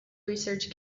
research